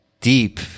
deep